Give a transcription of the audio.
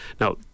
Now